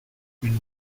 une